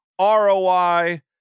ROI